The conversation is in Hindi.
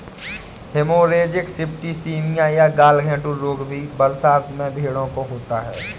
हिमोरेजिक सिप्टीसीमिया या गलघोंटू रोग भी बरसात में भेंड़ों को होता है